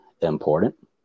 important